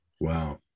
Wow